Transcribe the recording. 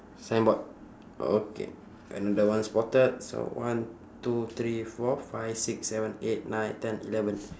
signboard okay another one spotted so one two three four five six seven eight nine ten eleven